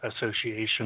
association